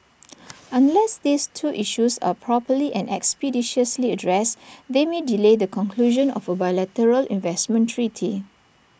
unless these two issues are properly and expeditiously addressed they may delay the conclusion of A bilateral investment treaty